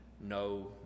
no